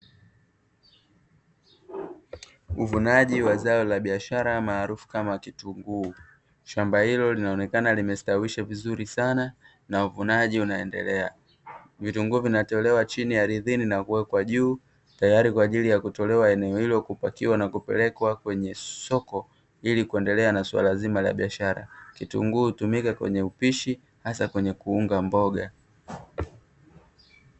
Uvunaji wa zao la biashara maarufu kama kitunguu shamba hilo linaonekana limestawisha vizuri sana na uvunaji unaendelea vitunguu vinatolewa chini ya ardhini na kuwekwa juu tayari kwa ajili ya kutolewa eneo hilo kupatiwa na kupelekwa kwenye soko ili kuendelea na swala nzima la biashara kitunguu utumike kwenye upishi hasa kwenye kuunga mboga.